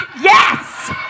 Yes